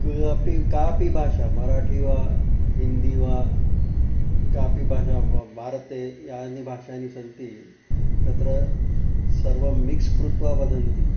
क् अपि कापि भाषा मराठी वा हिन्दी वा कापि भाषा बा भारते याः भाषाः नि सन्ति तत्र सर्वं मिक्स् कृत्वा वदन्ति